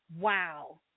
Wow